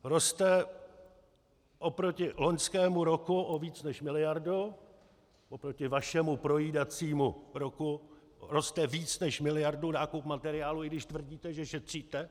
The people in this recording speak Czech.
Roste proti loňskému roku o víc než 1 mld., oproti vašemu projídacímu roku roste víc než o miliardu nákup materiálu, i když tvrdíte, že šetříte.